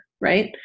right